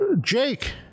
Jake